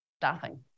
staffing